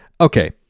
okay